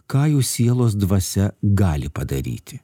ką jų sielos dvasia gali padaryti